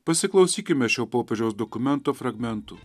pasiklausykime šio popiežiaus dokumento fragmentų